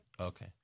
Okay